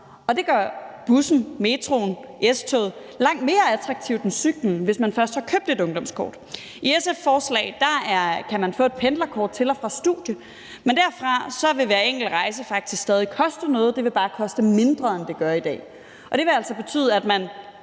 Det gør bussen, metroen, S-toget langt mere attraktive end cyklen, hvis man først har købt et ungdomskort. Med SF's forslag kan man få et pendlerkort til og fra studiet, men derfra vil hver enkelt rejse faktisk stadig koste noget, den vil bare koste mindre, end den gør i dag. Det vil altså betyde, at man,